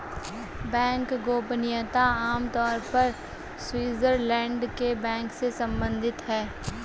bank गोपनीयता आम तौर पर स्विटज़रलैंड के बैंक से सम्बंधित है